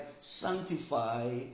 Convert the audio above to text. sanctify